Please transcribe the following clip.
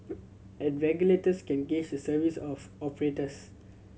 and regulators can gauge the service of operators